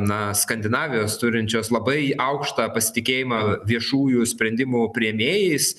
na skandinavijos turinčios labai aukštą pasitikėjimą viešųjų sprendimų priėmėjais